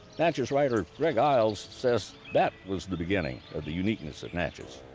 natchez writer greg iles says that was the beginning of the uniqueness of natchez.